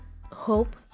hope